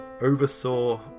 oversaw